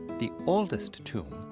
the oldest tomb,